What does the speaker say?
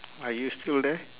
are you still there